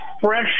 fresh